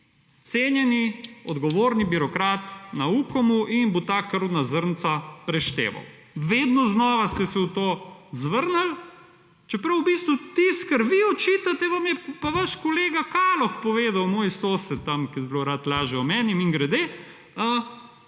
cenjeni odgovorni birokrat na Ukomu in bo ta krvna zrnca prešteval. Vedno znova ste se v to zvrnili, čeprav v bistvu tisto, kar vi očitate, vam je pa vaš kolega Kaloh povedal, moj sosed tam, ki zelo rad laže o meni mimogrede.